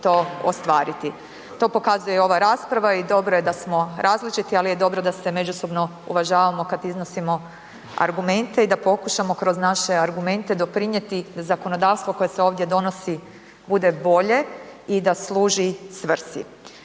To pokazuje i ova rasprava i dobro je da smo različiti, ali je dobro da se međusobno uvažavamo kad iznosimo argumente i da pokušamo kroz naše argumente doprinjeti zakonodavstvo koje se ovdje donosi bude bolje i da služi svrsi.